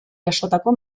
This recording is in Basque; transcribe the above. jasotako